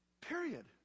Period